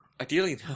Ideally